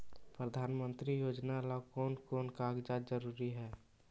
प्रधानमंत्री योजना ला कोन कोन कागजात जरूरी है?